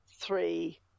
three